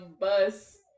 bus